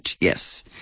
yes